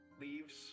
leaves